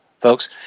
folks